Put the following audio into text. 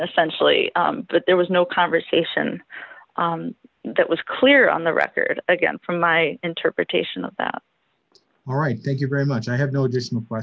essentially but there was no conversation that was clear on the record again from my interpretation of that all right thank you very much i have noticed